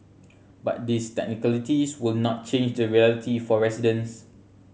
but these technicalities would not change the reality for residents